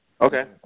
Okay